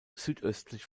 südöstlich